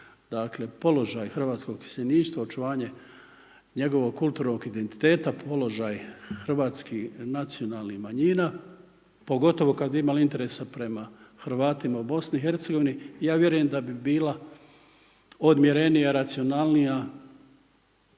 fokusu položaj hrvatskog iseljeništva očuvanje njegovog kulturnog identiteta, položaj hrvatskih nacionalnih manjina, pogotovo kad bi imali interesa prema Hrvatima u Bosni i Hercegovini ja vjerujem da bi bila odmjerenija, racionalnija